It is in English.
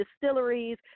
distilleries